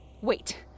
Wait